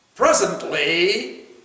Presently